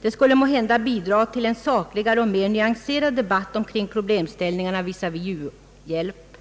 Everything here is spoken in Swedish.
Det skulle måhända bidra till en sakligare och mer nyanserad debatt omkring problemställningarna visavi u-hjälp.